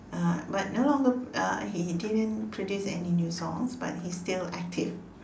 uh but no longer uh he didn't produce any new songs but he's still active